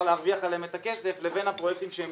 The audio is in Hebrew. להרוויח עליהם את הכסף לבין הפרויקטים שהם